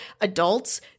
adults